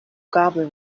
goblin